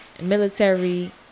military